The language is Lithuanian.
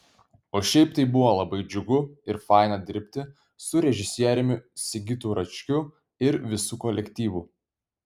o šiaip tai buvo labai džiugu ir faina dirbti su režisieriumi sigitu račkiu ir visu kolektyvu